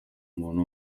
muntu